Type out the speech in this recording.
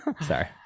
sorry